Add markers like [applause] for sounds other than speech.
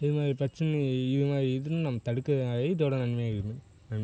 இது மாதிரி பயிற்சின்னு இது மாதிரி இதுன்னு நம்ம தடுக்குறதுனால் இதோடய நன்மைகள் [unintelligible]